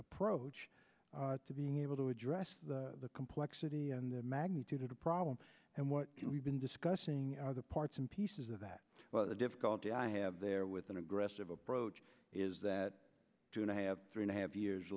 approach to being able to address the complexity and the magnitude of the problem and what we've been discussing other parts and pieces of that but the difficulty i have there with an aggressive approach is that you and i have three and a half years